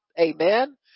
Amen